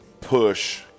push